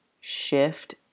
shift